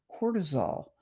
cortisol